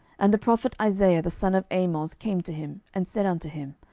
and the prophet isaiah the son of amoz came to him, and said unto him,